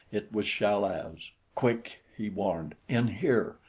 it was chal-az. quick! he warned. in here!